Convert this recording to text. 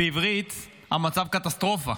בעברית המצב קטסטרופה.